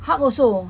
hulk also